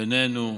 בינינו,